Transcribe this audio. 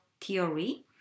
theory